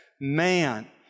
Man